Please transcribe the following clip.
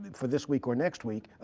for this week or next week.